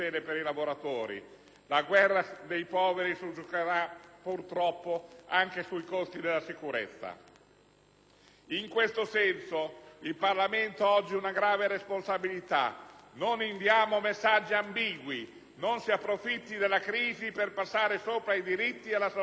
La guerra tra poveri si giocherà anche, purtroppo, sui costi della sicurezza. In questo senso il Parlamento ha oggi una grave responsabilità: non inviamo messaggi ambigui, non si approfitti della crisi per passare sopra ai diritti e alla salute dei lavoratori.